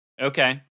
Okay